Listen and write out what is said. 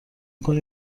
کنی